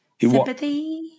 sympathy